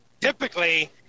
Typically